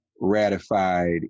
ratified